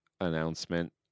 announcement